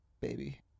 baby